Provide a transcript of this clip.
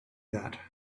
that